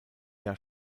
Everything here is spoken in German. jahr